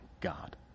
God